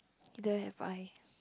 they have I